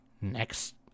next